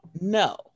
no